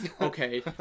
Okay